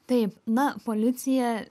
taip na policija